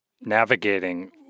navigating